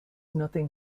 nothing